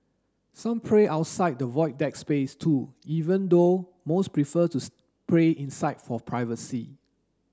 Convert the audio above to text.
some pray outside the Void Deck space too even though most prefer to spray inside for privacy